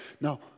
Now